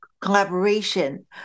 collaboration